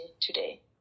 today